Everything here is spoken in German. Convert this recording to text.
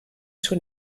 schon